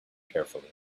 carefully